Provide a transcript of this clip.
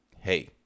hey